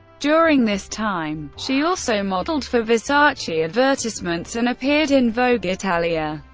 during this time, she also modeled for versace advertisements and appeared in vogue italia.